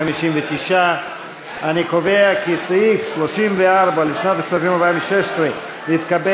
59. אני קובע כי סעיף 34 לשנת הכספים 2016 נתקבל,